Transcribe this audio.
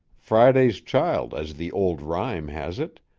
friday's child as the old rhyme has it